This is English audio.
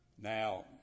Now